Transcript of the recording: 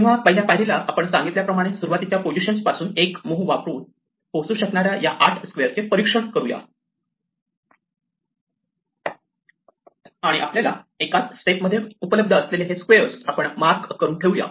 तेव्हा पहिल्या पायरीला आपण सांगितल्याप्रमाणे सुरुवातीच्या पोझिशन पासून एक मुव्ह वापरून पोहोचू शकणाऱ्या या 8 स्क्वेअर चे परीक्षण करूया आणि आपल्याला एकाच स्टेपमध्ये उपलब्ध असलेले हे स्क्वेअर आपण मार्क करून ठेवूया